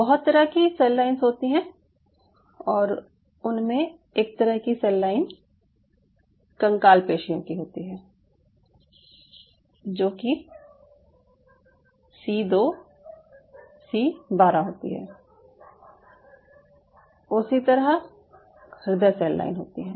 बहुत तरह की सेल लाइन्स होती हैं और उनमें एक तरह की सेल लाइन कंकाल पेशियों की होती है जो कि सी 2 सी 12 होती है उसी तरह हृदय सेल लाइन होती है